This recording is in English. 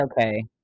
okay